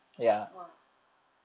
!wah!